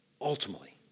ultimately